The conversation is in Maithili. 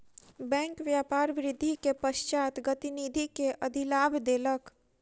बैंक व्यापार वृद्धि के पश्चात प्रतिनिधि के अधिलाभ देलक